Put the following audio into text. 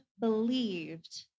believed